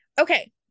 Okay